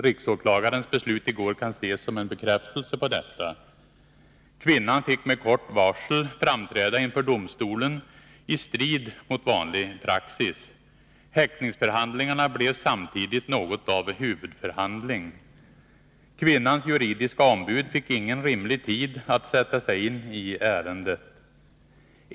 Riksåklagarens beslut i går kan ses som en bekräftelse på detta. Kvinnan fick med kort varsel framträda inför domstolen i strid mot vanlig praxis. Häktningsförhandlingarna blev samtidigt något av en huvudförhandling. Kvinnans juridiska ombud fick ingen rimlig tid att sätta sig in i ärendet.